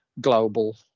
global